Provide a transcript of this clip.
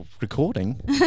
recording